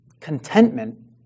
Contentment